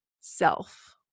self